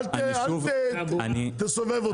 אל תסובב אותי.